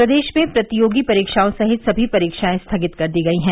प्रदेश में प्रतियोगी परीक्षाओं सहित सभी परीक्षाएं स्थगित कर दी गई हैं